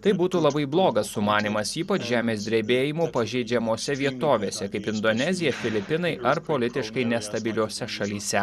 tai būtų labai blogas sumanymas ypač žemės drebėjimo pažeidžiamose vietovėse kaip indonezija filipinai ar politiškai nestabiliose šalyse